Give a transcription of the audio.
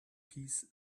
piece